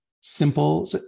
simple